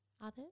others